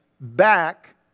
Back